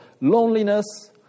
loneliness